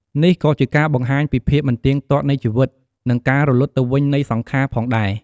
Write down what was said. នេះក៏ជាការបង្ហាញពីភាពមិនទៀងទាត់នៃជីវិត និងការរលត់ទៅវិញនៃសង្ខារផងដែរ។